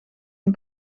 een